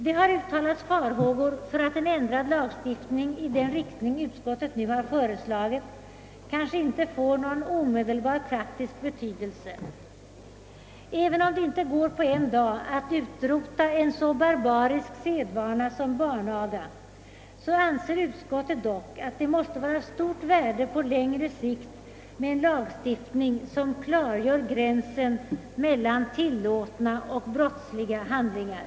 Det har uttalats farhågor för att en ändrad lagstiftning i den riktning ut skottet nu har föreslagit kanske inte får någon omedelbar praktisk betydelse. Även om det inte går att på en dag utrota en så barbarisk sedvana som barnaga anser utskottet dock att det måste vara av stort värde på längre sikt med en lagstiftning som klargör gränsen mellan tillåtna och brottsliga handlingar.